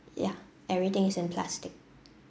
ya everything is in plastic